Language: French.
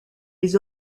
les